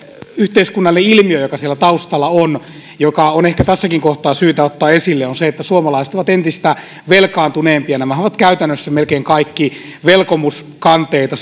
yhteiskunnallinen ilmiö joka siellä taustalla on ja joka on ehkä tässäkin kohtaa syytä ottaa esille on se että suomalaiset ovat entistä velkaantuneempia nämähän ovat käytännössä melkein kaikki velkomuskanteita